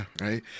Right